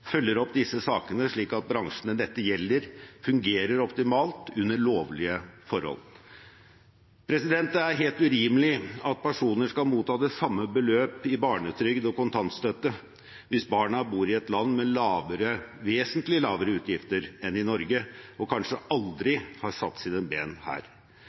følger opp disse sakene, slik at bransjene dette gjelder, fungerer optimalt under lovlige forhold. Det er helt urimelig at personer skal motta det samme beløpet i barnetrygd og kontantstøtte hvis barna bor i et land med vesentlig lavere utgifter enn i Norge og kanskje aldri har satt sine ben her.